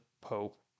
Pope